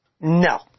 No